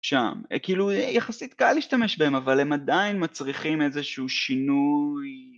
שם. כאילו, יחסית קל להשתמש בהם, אבל הם עדיין מצריכים איזשהו שינוי...